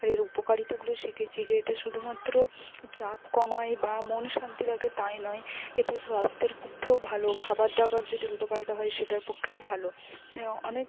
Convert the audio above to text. আর এর উপকারিতাগুলো শিখেছি যে এটা শুধুমাত্র চাপ কমায় বা মন শান্ত রাখে তাই নয় এটা স্বাস্থ্যের পক্ষেও ভালো খাবার দাবার যদি উল্টোপাল্টা হয় সেটার পক্ষেও ভালো অনেক